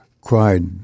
cried